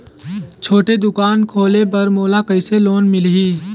छोटे दुकान खोले बर मोला कइसे लोन मिलही?